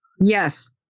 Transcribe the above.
Yes